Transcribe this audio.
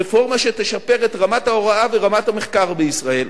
רפורמה שתשפר את רמת ההוראה ורמת המחקר בישראל,